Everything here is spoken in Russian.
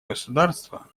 государства